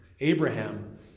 Abraham